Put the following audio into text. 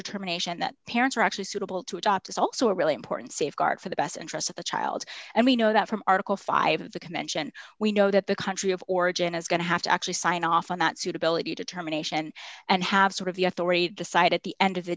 determination that parents are actually suitable to adopt is also a really important safeguard for the best interests of the child and we know that from article five of the convention we know that the country of origin is going to have to actually sign off on that suitability determination and have sort of the authority the site at the end of the